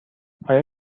آیا